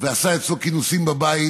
ועשה אצלו כינוסים בבית